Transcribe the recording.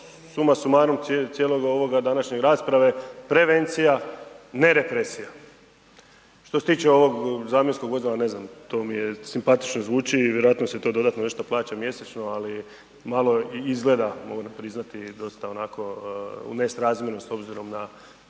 suma sumarum cijelog ovoga današnje rasprave, prevencija, ne represija. Što se tiče ovog zamjenskog vozila, ne znam, to mi je, simpatično zvuči i vjerojatno se to dodatno nešto plaća mjesečno, ali malo i izgleda moram priznati dosta onako u nesrazmjeru s obzirom na